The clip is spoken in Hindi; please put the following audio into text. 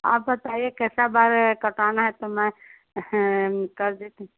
आप बताइए कैसा बाल कटवाना है तो मैं हम कर देती